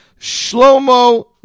Shlomo